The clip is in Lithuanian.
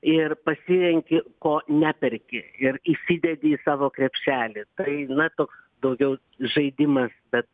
ir pasirenki ko neperki ir įsidedi į savo krepšelį tai na toks daugiau žaidimas bet